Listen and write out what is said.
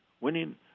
winning